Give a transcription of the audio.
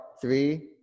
three